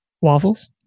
Waffles